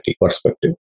perspective